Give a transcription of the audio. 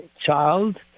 child